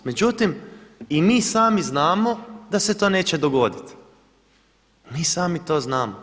Međutim, i mi sami znamo da se to neće dogoditi, mi sami to znamo.